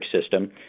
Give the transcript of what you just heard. system